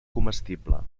comestible